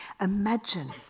Imagine